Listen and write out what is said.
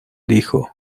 dijo